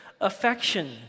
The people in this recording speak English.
affection